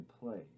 play